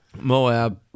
Moab